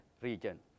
region